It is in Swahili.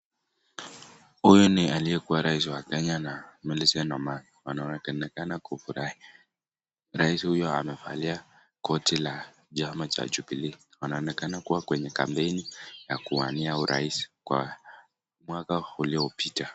Huyu ni aliyekuwa rais wa kenya na Millicent Omanga wanaokena kufurahi rais huyu amevalia koti ya chama cha jubilee wanaonekana kuwa kwenye kampeni ya kuwania urais kwa mwaka uliopita.